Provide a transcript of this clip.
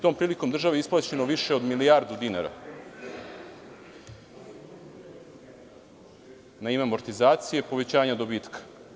Tom prilikom je državi isplaćeno više od milijardu dinara na ime amortizacije, povećanja dobitka.